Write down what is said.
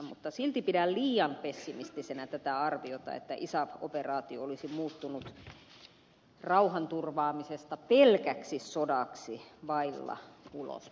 mutta silti pidän liian pessimistisenä tätä arviota että isaf operaatio olisi muuttunut rauhanturvaamisesta pelkäksi sodaksi vailla ulospääsyä